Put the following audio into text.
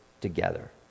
together